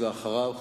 ואחריו,